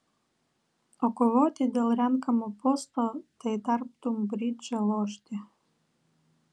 o kovoti dėl renkamo posto tai tartum bridžą lošti